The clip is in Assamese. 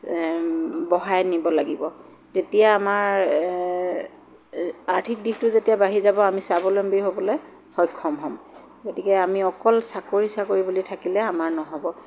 বঢ়াই নিব লাগিব তেতিয়া আমাৰ আৰ্থিক দিশটো যেতিয়া বাঢ়ি যাব আমি স্বাৱলম্বী হ'বলৈ সক্ষম হ'ম গতিকে আমি অকল চাকৰি চাকৰি বুলি থাকিলে আমাৰ নহ'ব